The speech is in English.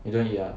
you don't eat ah